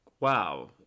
wow